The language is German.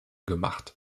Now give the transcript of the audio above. gemacht